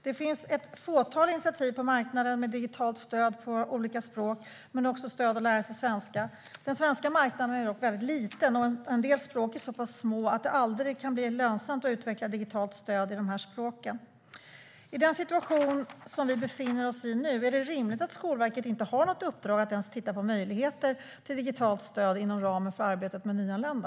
Det finns ett fåtal initiativ på marknaden med digitalt stöd på olika språk men också stöd för att lära sig svenska. Den svenska marknaden är dock liten, och en del språk är så pass små att det aldrig kan bli lönsamt att utveckla digitalt stöd i de språken. I den situation vi nu befinner oss i, är det rimligt att Skolverket inte har något uppdrag att ens titta på möjligheter till digitalt stöd inom ramen för arbetet med nyanlända?